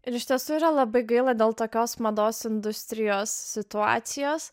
ir iš tiesų yra labai gaila dėl tokios mados industrijos situacijos